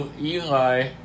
Eli